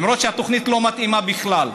למרות שהתוכנית לא מתאימה בכלל,